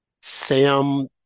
Sam